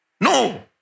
No